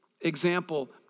example